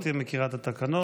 גברתי מכירה את התקנות.